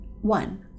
One